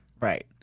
Right